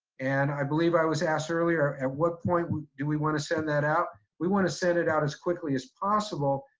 and i believe i was asked earlier, at what point do we want to send that out? we want to set it out as quickly as possible,